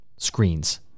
screens